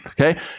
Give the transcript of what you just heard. okay